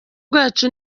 bwacu